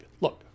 look